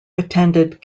attended